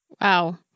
Wow